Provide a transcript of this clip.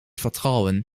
vertrauen